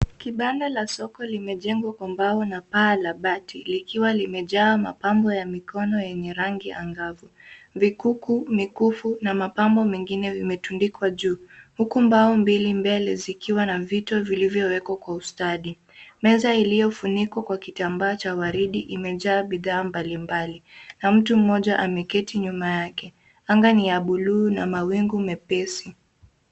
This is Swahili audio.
Kibanda la soko limejengwa kwa mbao na paa la bati likiwa limejaa mapambo ya mikono yenye rangi angavu. Vikuku, mikufu na mapambo mengine vimetundikwa juu huku mbao mbili mbele zikiwa na vito vilivyowekwa kwa ustadi. Meza iliyofunikwa kwa kitambaa cha waridi imejaa bidhaa mbalimbali na mtu mmoja ameketi nyuma yake. Anga ni ya buluu na mawingu mepesi.